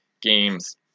games